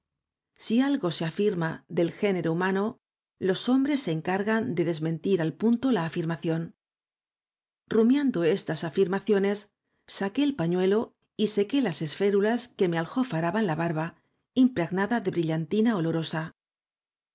si algo se afirma del género humano los hombres se encargan de desmentir al punto la afirmación rumiando estas afirmaciones saqué el pañuelo y sequé las esférulas que me aljofaraban la barba impregnada de brillantina